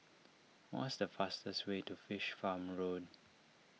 what's the fastest way to Fish Farm Road